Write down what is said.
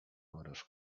oraz